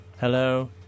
Hello